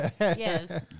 Yes